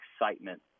excitement